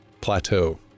plateau